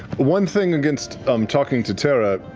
one thing against um talking to terra,